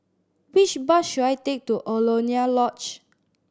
which bus should I take to Alaunia Lodge